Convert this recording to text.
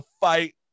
fight